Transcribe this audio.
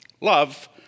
Love